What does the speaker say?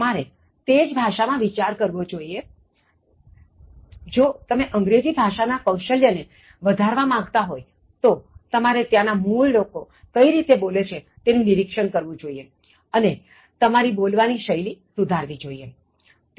તમારે તે જ ભાષા માં વિચાર કરવો જોઇએ જો તમે અંગ્રેજી ભાષા ના કૌશલ્યને વધારવા માગતા હોયતો તમારે ત્યાં ના મૂળ લોકો કઈ રીતે બોલે છે તેનુંં નિરિક્ષણ કરવું જોઇએ અને તમારી બોલવાની શૈલી સુધારવી જોઇએ